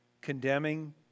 condemning